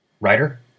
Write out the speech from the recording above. Writer